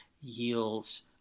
yields